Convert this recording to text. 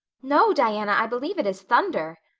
no, diana, i believe it is thunder.